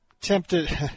tempted